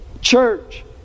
church